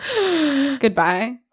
goodbye